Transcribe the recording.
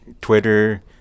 Twitter